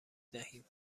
دهیم